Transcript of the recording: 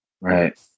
Right